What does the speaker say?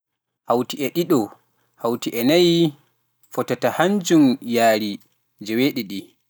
Hawti e ɗiɗo, hawti e nayi, fotata hannjum yaari joweeɗiɗi.